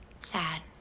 Sad